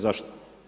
Zašto?